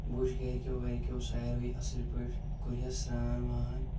وٕچھ گرِکٮ۪و ورِکٮ۪و سارِوٕے اصل پأٹھۍ کوٚرہَس سران وان